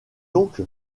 donc